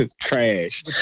trash